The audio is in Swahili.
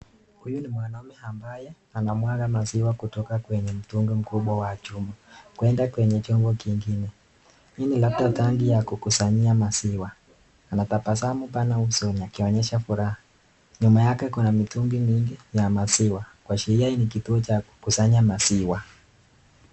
Huyu ni mwanaume ambaye anamwaga maziwa kutoka kwenye mtungi mkubwa wa chuma kutoka kwenda chungu kingine, hii ni labda tangi ya kukusanyia maziwa. Anatabasamu pana usoni akionyesha furaha. Nyuma yake kuna mitungi mingi ya maziwa kuashiria hii ni kituo cha kukusanya maziwa.